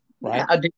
right